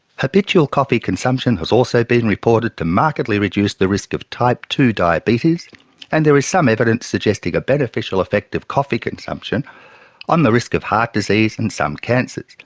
habitual coffee consumption has also been reported to markedly reduce the risk of type two diabetes and there is some evidence suggesting a beneficial effect of coffee consumption on the risk of heart disease and some cancers,